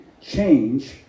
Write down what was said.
change